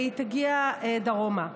והיא תגיע דרומה.